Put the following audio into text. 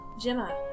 Gemma